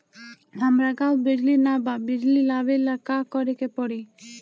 हमरा गॉव बिजली न बा बिजली लाबे ला का करे के पड़ी?